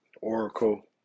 Oracle